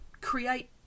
Create